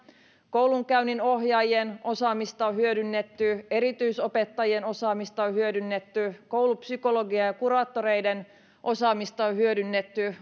koulunkäynninohjaajien osaamista on hyödynnetty erityisopettajien osaamista on hyödynnetty koulupsykologien ja ja kuraattoreiden osaamista on hyödynnetty